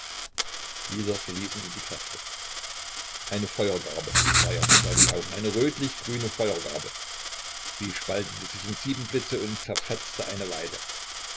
wieder verließen ihn die kräfte eine feuergarbe sah er vor seinen augen eine rötlich grüne feuergarbe sie spaltete sich in sieben blitze und zerfetzte eine weide